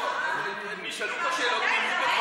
נשאלו כאן שאלות,